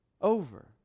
over